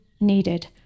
needed